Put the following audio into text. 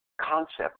concept